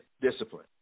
discipline